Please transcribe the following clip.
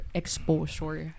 exposure